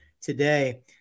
today